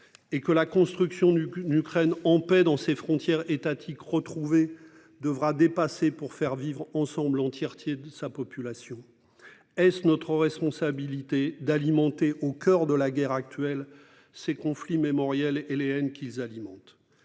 Et que la construction d'une Ukraine en paix dans ses frontières étatiques. Devra dépasser pour faire vivre ensemble l'entièreté de sa population. Est-ce notre responsabilité d'alimenter au coeur de la guerre actuelle. Ces conflits mémoriels Hélène qu'ils alimentent.